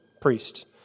priest